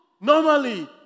normally